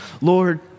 Lord